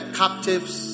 captives